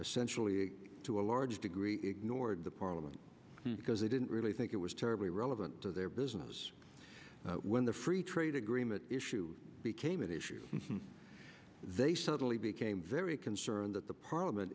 centrally to a large degree ignored the parliament because they didn't really think it was terribly relevant to their when the free trade agreement issue became an issue they suddenly became very concerned that the parliament